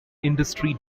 industry